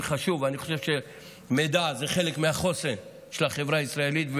ואני חושב שמידע זה חלק מהחוסן של החברה הישראלית,